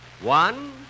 One